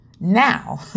Now